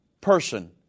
person